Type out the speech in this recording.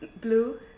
Blue